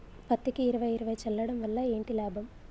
పత్తికి ఇరవై ఇరవై చల్లడం వల్ల ఏంటి లాభం?